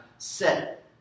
set